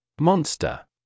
Monster